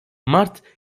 mart